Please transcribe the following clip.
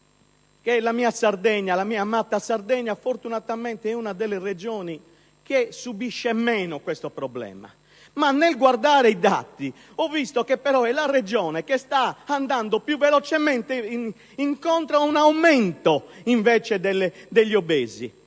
la mia amata Sardegna, fortunatamente, è una delle regioni che subisce meno questo problema. Nel guardare i dati ho però visto che è la regione che invece sta andando più velocemente incontro ad un aumento degli obesi.